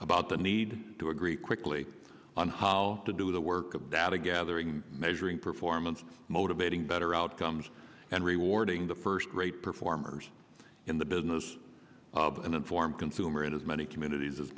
about the need to agree quickly on how to do the work of data gathering measuring performance motivating better outcomes and rewarding the first great performers in the business an informed consumer in as many communities as